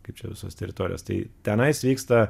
kaip čia visos teritorijos tai tenais vyksta